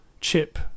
chip